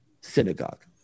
synagogue